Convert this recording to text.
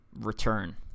return